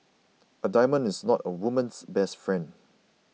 a diamond is not a woman's best friend